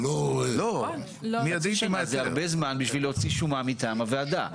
זה לא --- חצי שנה זה הרבה זמן בשביל להוציא שומה מטעם הוועדה.